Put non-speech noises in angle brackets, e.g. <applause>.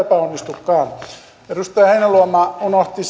eikä epäonnistukaan edustaja heinäluoma unohti <unintelligible>